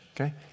okay